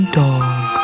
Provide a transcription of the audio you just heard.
dog